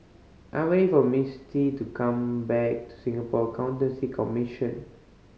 I'm waiting for Misti to come back Singapore Accountancy Commission